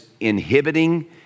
inhibiting